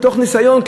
מניסיונם,